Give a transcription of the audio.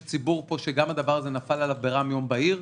פה ציבור שהדבר הזה נפל עליו כרעם ביום בהיר.